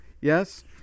Yes